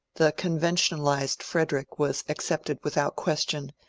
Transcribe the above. the conventionalized frederick was accepted without question,